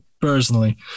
personally